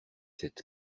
sept